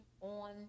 on